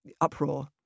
uproar